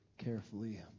Carefully